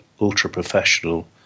ultra-professional